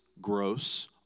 gross